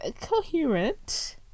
coherent